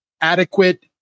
adequate